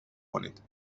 کنید